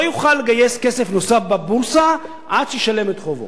לא יוכל לגייס כסף נוסף בבורסה עד שישלם את חובו.